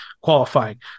Qualifying